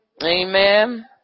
Amen